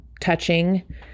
touching